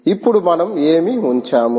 ఇప్పుడు మనం ఏమి ఉంచాము